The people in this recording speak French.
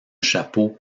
chapeau